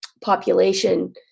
population